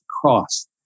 cross